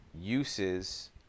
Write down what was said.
uses